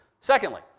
Secondly